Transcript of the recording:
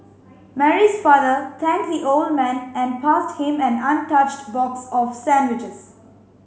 Mary's father thanked the old man and passed him an untouched box of sandwiches